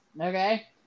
Okay